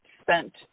spent